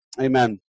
Amen